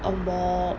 a more